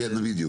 בדיוק.